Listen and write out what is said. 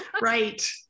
right